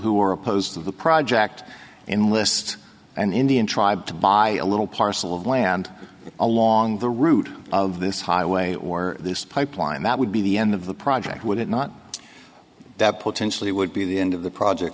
who are opposed to the project and list an indian tribe to buy a little parcel of land along the route of this highway or this pipeline that would be the end of the project would it not that potentially would be the end of the project